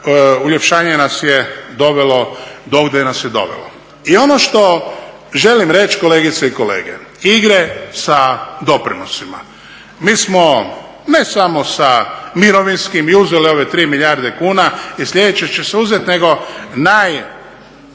to uljepšanje nas je dovelo do ovdje gdje nas je dovelo. I ono što želim reći, kolegice i kolege, igre sa doprinosima, mi smo, ne samo sa mirovinskim, i uzeli ove 3 milijarde kuna jer … će se uzeti, nego najtragičnija